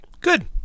Good